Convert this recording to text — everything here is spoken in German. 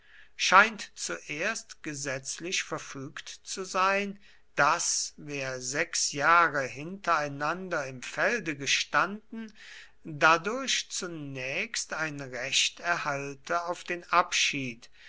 scheint zuerst gesetzlich verfügt zu sein daß wer sechs jahre hintereinander im felde gestanden dadurch zunächst ein recht erhalte auf den abschied